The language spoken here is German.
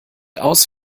aus